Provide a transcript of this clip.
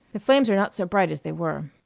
the flames are not so bright as they were.